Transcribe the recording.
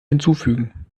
hinzufügen